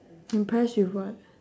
impress with what